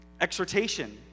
Exhortation